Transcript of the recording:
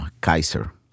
Kaiser